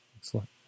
Excellent